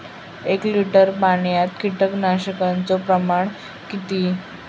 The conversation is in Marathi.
एक लिटर पाणयात कीटकनाशकाचो प्रमाण किती?